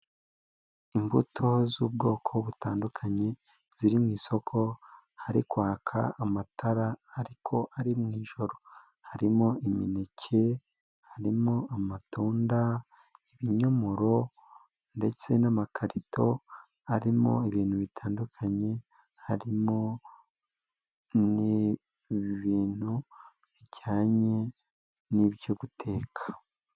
Imbuto z'ubwoko butandukanye ziri mu isoko hari kwaka amatara ariko ari mu ijoro, harimo imineke, harimo amatunda, ibinyomoro ndetse n'amakarito, harimo ibintu bitandukanye, harimo n'ibintu bijyanye n'ibyo guteka.